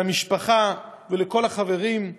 למשפחה ולכל החברים.